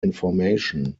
information